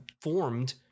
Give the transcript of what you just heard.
formed